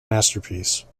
masterpiece